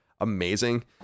amazing